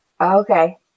Okay